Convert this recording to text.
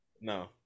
No